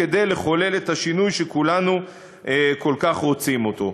כדי לחולל את השינוי שכולנו כל כך רוצים בו.